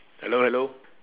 hello hello